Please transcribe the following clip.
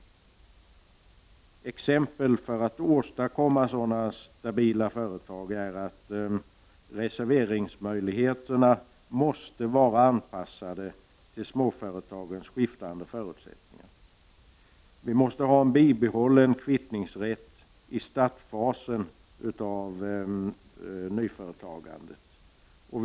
Ett exempel på en sådan åtgärd för att åstadkomma stabila företag är en anpassning av reserveringsmöjligheterna till småföretagens skiftande förutsättningar. Vi måste ha en bibehållen kvittningsrätt i startfasen av nyföretagandet.